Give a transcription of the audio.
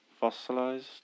fossilized